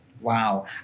Wow